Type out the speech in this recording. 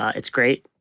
it's great.